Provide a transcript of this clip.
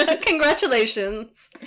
congratulations